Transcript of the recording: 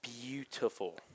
Beautiful